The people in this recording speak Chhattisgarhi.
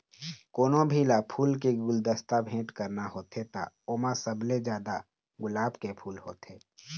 कोनो भी ल फूल के गुलदस्ता भेट करना होथे त ओमा सबले जादा गुलाब के फूल होथे